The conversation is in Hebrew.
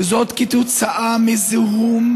וזאת כתוצאה מזיהום